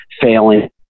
failing